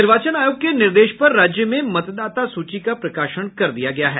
निर्वाचन आयोग के निर्देश पर राज्य में मतदाता सूची का प्रकाशन कर दिया गया है